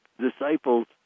disciples